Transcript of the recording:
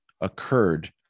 occurred